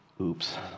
oops